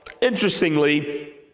interestingly